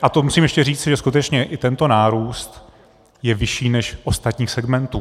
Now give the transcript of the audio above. A to musím ještě říci, že skutečně i tento nárůst je vyšší než u ostatních segmentů.